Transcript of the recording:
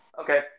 Okay